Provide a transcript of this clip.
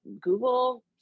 google